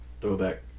Throwback